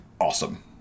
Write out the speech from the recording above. awesome